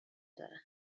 دارن